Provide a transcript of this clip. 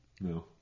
No